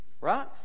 right